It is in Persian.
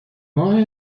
ماه